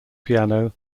piano